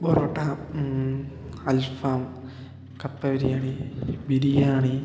ബൊറോട്ട അൽഫാം കപ്പബിരിയാണി ബിരിയാണി